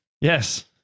Yes